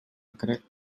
crec